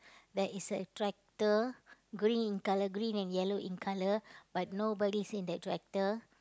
there is a tractor green in colour green and yellow in colour but nobody's in the tractor